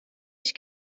ich